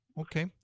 Okay